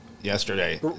yesterday